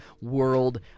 world